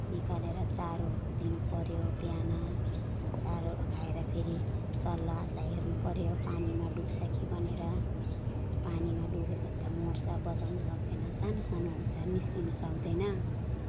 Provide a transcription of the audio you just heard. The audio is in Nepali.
निकालेर चारोहरू दिनु पर्यो बिहान चारोहरू खाएर फेरि चल्लाहरूलाई हेर्नु पर्यो पानीमा डुब्छ कि भनेर पानीमा डुब्यो भने त मर्छ बचाउनु सक्दैन सानो सानो हुन्छ निस्कनु सक्दैन